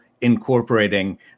incorporating